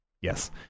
yes